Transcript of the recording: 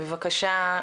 בבקשה,